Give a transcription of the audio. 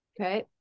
Okay